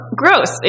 gross